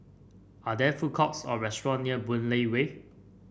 are there food courts or restaurant near Boon Lay Way